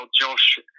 Josh